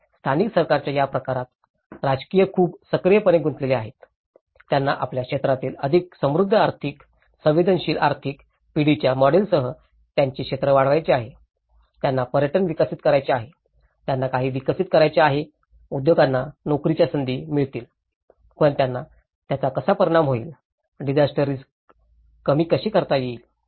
आणि स्थानिक सरकारच्या या प्रकारात राजकारणी खूप सक्रियपणे गुंतलेले आहेत त्यांना आपल्या क्षेत्रातील अधिक समृद्ध आर्थिक संवेदनशील आर्थिक पिढीच्या मॉडेलसह त्यांचे क्षेत्र वाढवायचे आहे त्यांना पर्यटन विकसित करायचे आहे त्यांना काही विकसित करायचे आहेत उद्योगांना नोकरीच्या संधी मिळतील पण त्याचा कसा परिणाम होईल डिजास्टर रिस्क कमी कशी करता येईल